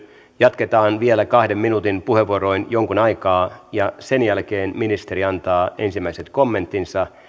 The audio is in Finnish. jatketaan vielä kahden minuutin puheenvuoroin jonkun aikaa ja sen jälkeen ministeri antaa ensimmäiset kommenttinsa